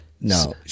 no